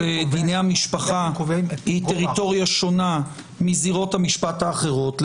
דיני המשפחה היא טריטוריה שונה מזירות המשפט האחרות.